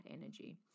energy